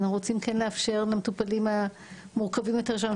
כי אנחנו כן רוצים לאפשר למטופלים היותר מורכבים שלנו,